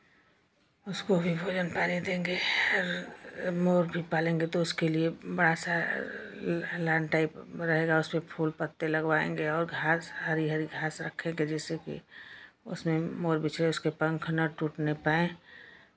उसको भी भोजन पानी देंगे मोर भी पालेंगे तो उसके लिए बड़ा सा दलान टाइप रहेगा उसपे फूल पत्ते लगवाएँगे और घास हरी हरी घास रखेंगे जैसेकि उसमें मोर भी चले उसके पंख ना टूटने पाएँ